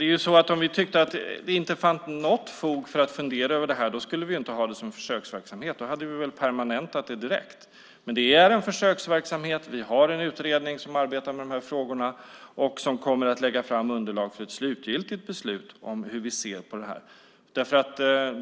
Fru talman! Om vi tyckte att det inte fanns något fog att fundera över detta skulle vi inte ha det som försöksverksamhet, utan då hade vi permanentat det direkt. Men det är en försöksverksamhet, och vi har en utredning som arbetar med frågorna och som kommer att lägga fram underlag för ett slutgiltigt beslut om hur vi ser på detta.